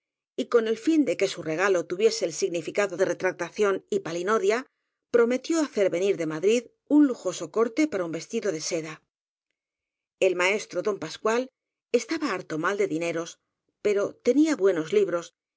sintiesen y con el fin de que su regalo tuviese el significado de retractación y palinodia prometió hacer venir de madrid un lujoso corte para un vestido de seda el maestro don pascual estaba harto mal de di neros pero tenía buenos libros